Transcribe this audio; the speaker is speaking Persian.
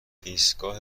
ایستگاه